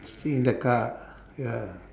sit in the car ya